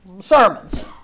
sermons